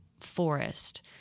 forest